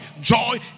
joy